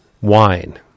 wine